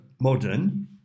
modern